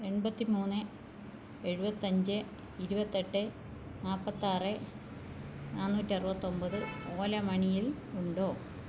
എൺപത്തി മൂന്ന് എഴുപത്തി അഞ്ച് ഇരുപത്തി എട്ട് നാൽപ്പത്തി ആറ് നാനൂറ്റി അറുപത്തി ഒൻപത് ഓല മണിയിൽ ഉണ്ടോ